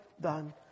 done